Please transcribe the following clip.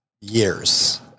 years